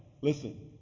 Listen